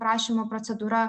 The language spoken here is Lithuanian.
prašymo procedūra